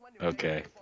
Okay